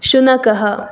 शुनकः